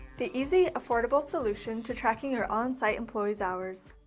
the easy, affordable solution to tracking your on-site employees' hours.